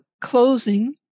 closing